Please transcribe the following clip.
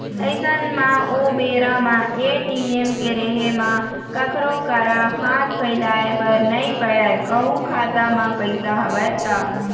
अइसन म ओ बेरा म ए.टी.एम के रहें म कखरो करा हाथ फइलाय बर नइ पड़य कहूँ खाता म पइसा हवय त